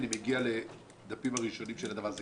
אני מגיע לדפים הראשונים של זה.